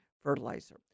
fertilizer